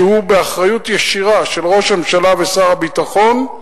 שהוא באחריות ישירה של ראש הממשלה ושר הביטחון,